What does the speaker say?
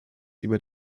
über